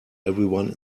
everyone